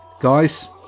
Guys